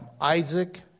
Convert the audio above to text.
Isaac